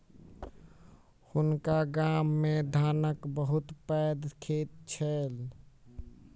हुनका गाम मे धानक बहुत पैघ खेत छैन